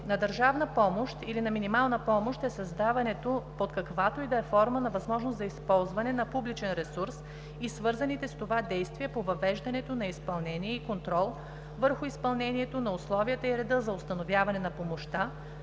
на държавна помощ или на минимална помощ е създаването под каквато и да е форма на възможност за използване на публичен ресурс и свързаните с това действия по въвеждането на изпълнение и контрол върху изпълнението на условията и реда за усвояване на помощта,